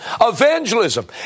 Evangelism